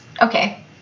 Okay